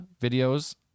videos